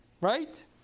Right